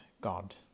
God